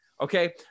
Okay